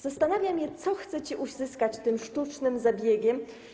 Zastanawia mnie, co chcecie uzyskać tym sztucznym zabiegiem.